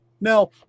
now